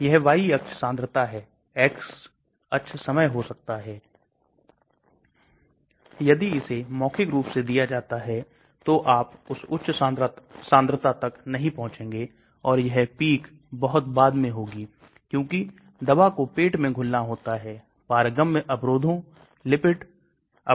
तो खराब ligands अच्छा ligands इसलिए गतिविधि बढ़ जाती है खराब गुण बहुत अच्छे गुण इसलिए आदर्श रूप से मेरे पास बहुत अच्छे गुण और अच्छी गतिविधि होनी चाहिए